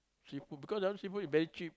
seafood because that one seafood very cheap